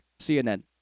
CNN